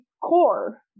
core